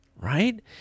right